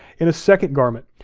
in a second garment,